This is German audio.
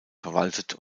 verwaltet